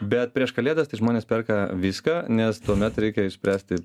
bet prieš kalėdas tai žmonės perka viską nes tuomet reikia išspręsti